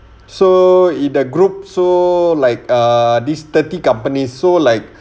so in the group so like err this thirty companies so like